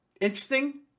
interesting